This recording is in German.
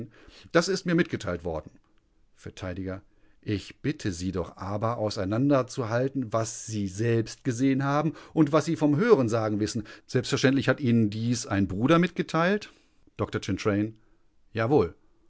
das ist mir mitgeteilt worden vert ich bitte sie doch aber auseinanderzuhalten was sie selbst gesehen haben und was sie vom hörensagen wissen selbstverständlich hat ihnen dies ein bruder mitgeteilt dr chantraine jawohl